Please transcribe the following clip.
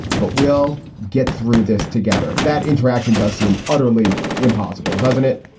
but we'll get through this together. that interaction does seem utterly impossible, doesn't it?